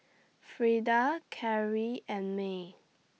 Freda Cary and May